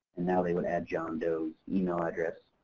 and now they would add john doe's email address